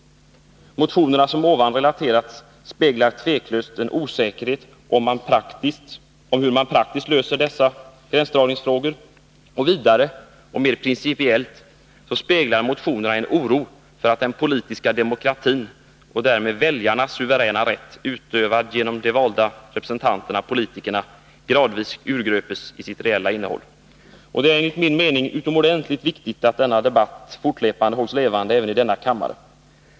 Motionerna som ovan relaterats speglar tydligt den osäkerhet som råder om hur man praktiskt löser dessa gränsdragningsfrågor. Vidare — och mer principiellt — speglar de en oro för att den politiska demokratin, och därmed väljarnas suveräna rätt utövad genom deras valda representanter politikerna, gradvis urgröps i sitt reella innehåll. Det är enligt min mening utomordentligt viktigt att denna debatt fortlöpande hålls levande även i denna kammare.